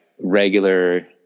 regular